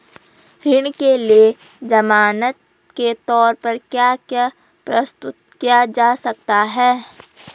ऋण के लिए ज़मानात के तोर पर क्या क्या प्रस्तुत किया जा सकता है?